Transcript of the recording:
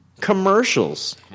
commercials